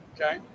okay